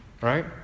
right